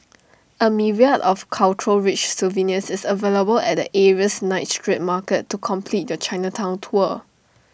A myriad of cultural rich souvenirs is available at the area's night street market to complete your Chinatown tour